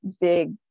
big